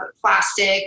plastic